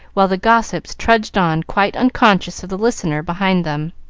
while the gossips trudged on quite unconscious of the listener behind them.